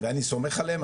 ואני סומך עליהם,